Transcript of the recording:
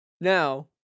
now